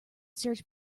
search